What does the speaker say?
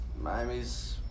Miami's –